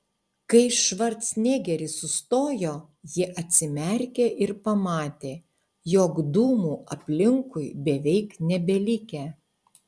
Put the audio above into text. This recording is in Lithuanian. kai švarcnegeris sustojo ji atsimerkė ir pamatė jog dūmų aplinkui beveik nebelikę